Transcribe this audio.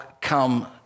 come